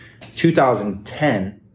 2010